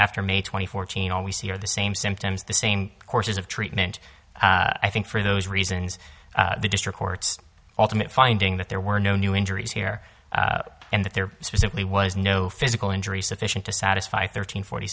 after may twenty fourth chain all we see are the same symptoms the same courses of treatment i think for those reasons the district court's ultimate finding that there were no new injuries here and that there simply was no physical injury sufficient to satisfy thirteen forty